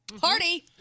Party